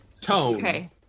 tone